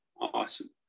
Awesome